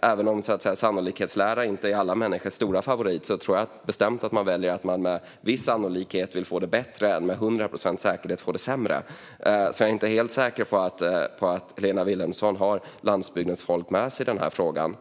Även om sannolikhetslära inte är alla människors stora favorit tror jag bestämt att man väljer att med viss sannolikhet få det bättre än att med 100 procents sannolikhet få det sämre. Jag är inte helt säker på att Helena Vilhelmsson har landsbygdens folk med sig i den frågan.